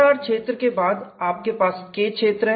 HRR क्षेत्र के बाद आपके पास K क्षेत्र है